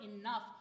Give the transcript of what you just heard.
enough